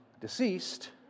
deceased